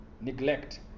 neglect